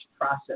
process